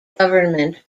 government